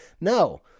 No